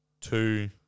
two